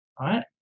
right